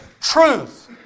truth